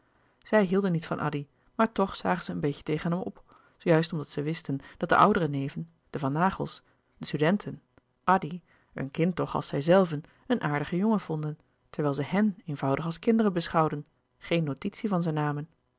zij hielden niet van addy maar toch zagen zij een beetje tegen hem op juist omdat zij wisten dat de oudere neven de van naghels de studenten addy een kind toch als zijzelven een aardige jongen vonden terwijl ze hèn eenvoudig als kinderen beschouwden geen notitie van ze namen